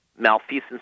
Malfeasance